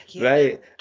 Right